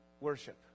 worship